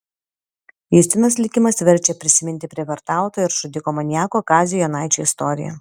justinos likimas verčia prisiminti prievartautojo ir žudiko maniako kazio jonaičio istoriją